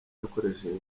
yakoresheje